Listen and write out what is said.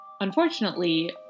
Unfortunately